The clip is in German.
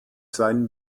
sein